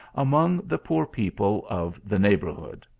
among the poor people of the neighbourhood.